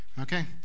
Okay